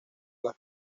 las